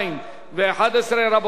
2011. רבותי, מי בעד?